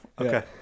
Okay